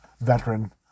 veteran